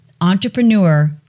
entrepreneur